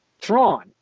Thrawn